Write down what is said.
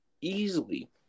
easily